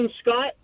Scott